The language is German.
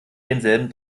denselben